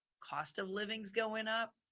cost of living's going up,